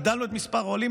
הגדלנו את מספר העולים,